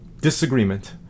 disagreement